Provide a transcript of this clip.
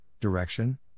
direction